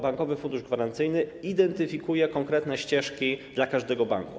Bankowy Funduszy Gwarancyjny identyfikuje konkretne ścieżki dla każdego banku.